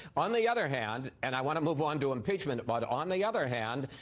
on the other hand, and i want to move on to impeachment, but on the other hand,